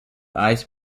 ice